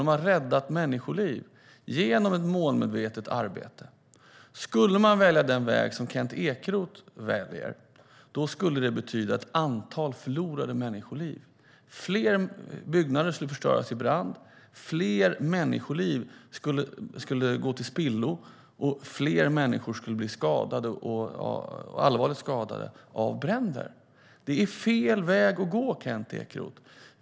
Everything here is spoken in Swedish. De har räddat människoliv genom ett målmedvetet arbete. Skulle man välja den väg som Kent Ekeroth väljer skulle det betyda ett antal förlorade människoliv. Fler byggnader skulle förstöras i brand, fler människoliv skulle gå till spillo och fler människor skulle bli skadade och allvarligt skadade av bränder. Det är fel väg att gå, Kent Ekeroth.